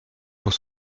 pour